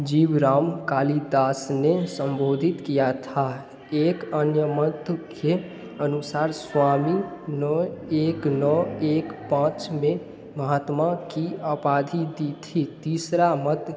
जीव राम कालिदास ने संबोधित किया था एक अन्य मध्य के अनुसार स्वामी नौ एक नौ एक पाँच में महात्मा की उपाधि दी थी तीसरा मध्य